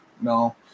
no